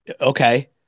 Okay